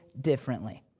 differently